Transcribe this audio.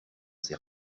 sait